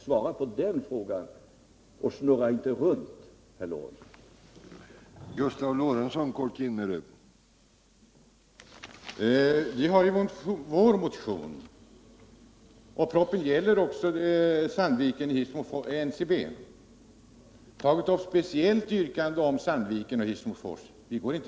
Svara på den frågan och snurra inte runt problemet, herr Lorentzon!